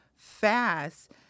fast